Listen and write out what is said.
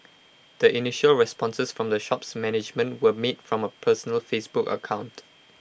the initial responses from the shop's management were made from A personal Facebook account